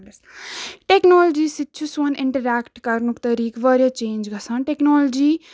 technology سۭتۍ چھِ سون اِنٹریکٹ کَرنُک طریٖق واریاہ چینٛج گژھان ٹٮ۪کنالجی